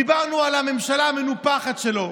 דיברנו על הממשלה המנופחת שלו,